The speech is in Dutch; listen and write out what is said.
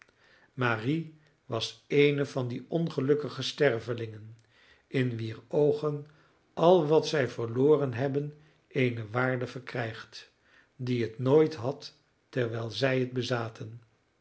marie was eene van die ongelukkige stervelingen in wier oogen al wat zij verloren hebben eene waarde verkrijgt die het nooit had terwijl zij het bezaten